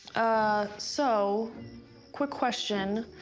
ah. so quick question.